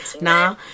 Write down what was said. Nah